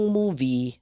movie